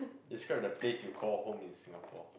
describe the place you call home in Singapore